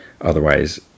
otherwise